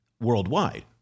worldwide